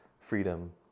freedom